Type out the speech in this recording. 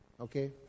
Okay